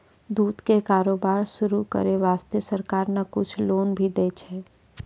दूध के कारोबार शुरू करै वास्तॅ सरकार न कुछ लोन भी दै छै